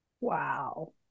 Wow